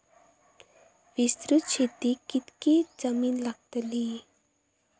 विस्तृत शेतीक कितकी जमीन लागतली?